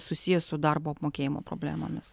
susiję su darbo apmokėjimo problemomis